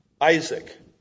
Isaac